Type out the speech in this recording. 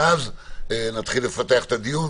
ואז נפתח את הדיון.